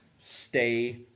stay